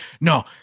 no